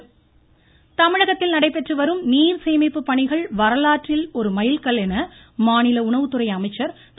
Kamaraj voice தமிழகத்தில் நடைபெற்றுவரும் நீர் சேமிப்புப் பணிகள் வரலாற்றில் ஒரு மைல் கல் என மாநில உணவுத்துறை அமைச்சர் திரு